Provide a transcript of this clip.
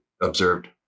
observed